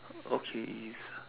okay